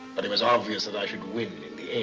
but it was obvious that i should win in the